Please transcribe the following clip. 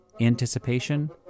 anticipation